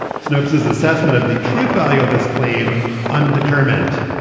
snopes is assessment of the truth value of this claim undetermined.